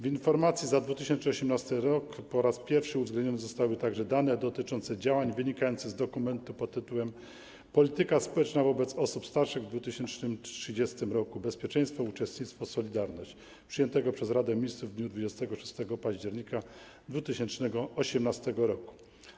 W informacji za 2018 r. po raz pierwszy uwzględnione zostały także dane dotyczące działań wynikających z dokumentu pt. „Polityka społeczna wobec osób starszych 2030. Bezpieczeństwo - Uczestnictwo - Solidarność”, przyjętego przez Radę Ministrów w dniu 26 października 2018 r.